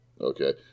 okay